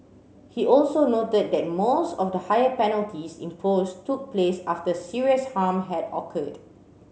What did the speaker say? he also noted that most of the higher penalties imposed took place after serious harm had occurred